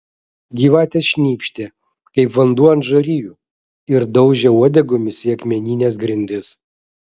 gyvatės šnypštė kaip vanduo ant žarijų ir daužė uodegomis į akmenines grindis